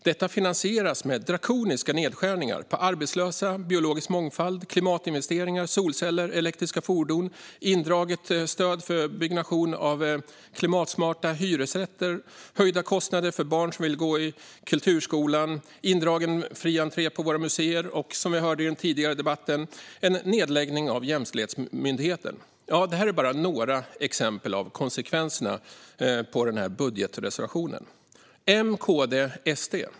Detta finansieras med drakoniska nedskärningar på arbetslösa, biologisk mångfald, klimatinvesteringar, solceller och elektriska fordon, indraget stöd för byggnation av klimatsmarta hyresrätter, höjda kostnader för barn som vill gå i kulturskolan, indragen fri entré på våra museer och - som vi hörde i den tidigare debatten - en nedläggning av Jämställdhetsmyndigheten. Ja, det här är bara några exempel på konsekvenserna av den här budgetreservationen. M, KD och SD!